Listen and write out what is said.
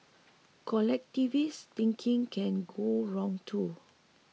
collectivist thinking can go wrong too